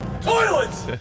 Toilets